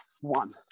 one